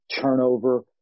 turnover